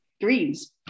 greens